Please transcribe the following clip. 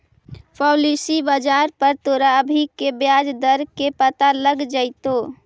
policy बाजार पर तोरा अभी के ब्याज दर के पता लग जाइतो